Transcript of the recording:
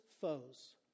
foes